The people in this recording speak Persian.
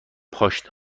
پاشنه